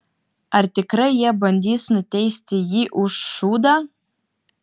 ar tikrai jie bandys nuteisti jį už šūdą